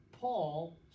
Paul